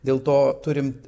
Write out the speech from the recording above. dėl to turim